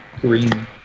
green